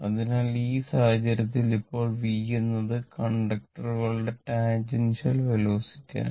അതിനാൽ ഈ സാഹചര്യത്തിൽ ഇപ്പോൾ V എന്നത് കണ്ടക്ടറുടെ ടാജിന്റില് വെലോസിറ്റിയാണ്